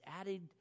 added